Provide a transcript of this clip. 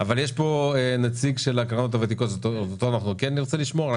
נציג של הקרנות הוותיקות, אותו כן נרצה לשמוע.